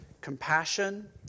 compassion